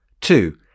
Two